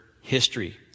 history